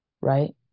right